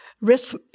risk